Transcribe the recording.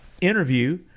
interview